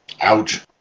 Ouch